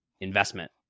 investment